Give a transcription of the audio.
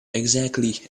exactly